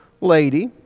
lady